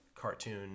cartoon